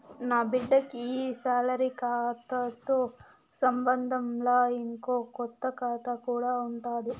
నాబిడ్డకి ఈ సాలరీ కాతాతో సంబంధంలా, ఇంకో కొత్త కాతా కూడా ఉండాది